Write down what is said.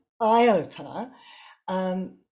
eye-opener